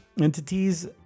Entities